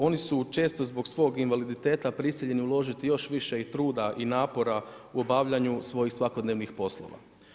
Oni su često zbog svog invaliditeta prisiljeni uložiti još više i truda i napora u obavljanju svojih svakodnevnih poslova.